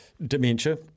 Dementia